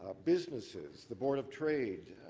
ah businesses, the board of trade